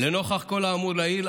לנוכח כל האמור לעיל,